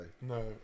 No